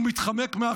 והוא מתחמק מאחריות?"